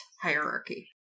hierarchy